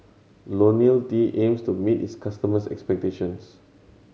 Lonil T aims to meet its customers' expectations